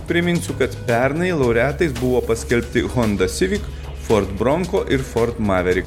priminsiu kad pernai laureatais buvo paskelbti honda civic ford bronco ir ford maveri